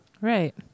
Right